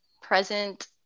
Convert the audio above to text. present